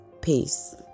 peace